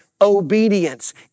obedience